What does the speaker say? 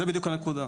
זאת בדיוק הנקודה.